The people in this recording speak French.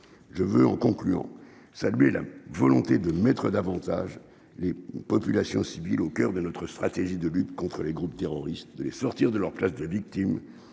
je veux en concluant saluer la volonté de mettre davantage les populations civiles au coeur de notre stratégie de lutte contre les groupes terroristes, de les sortir de leur classe de la victime